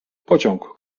pociąg